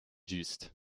just